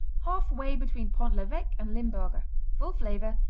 half way between pont l'eveque and limburger. full flavor,